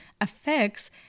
affects